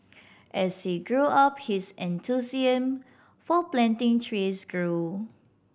as he grew up his enthusiasm for planting trees grew